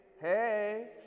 hey